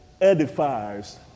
edifies